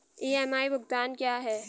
EMI भुगतान क्या है?